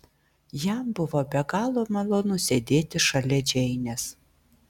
jam buvo be galo malonu sėdėti šalia džeinės